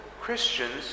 Christians